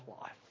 life